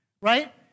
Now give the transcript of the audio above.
right